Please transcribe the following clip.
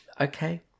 okay